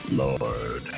Lord